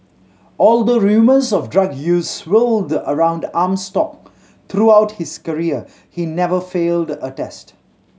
although rumours of drug use swirled around Armstrong throughout his career he never failed a test